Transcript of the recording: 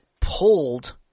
pulled –